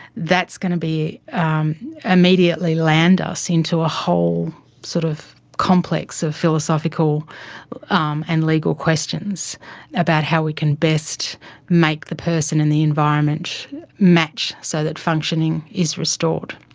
that's going to immediately land us into a whole sort of complex of philosophical um and legal questions about how we can best make the person and the environment match so that functioning is restored.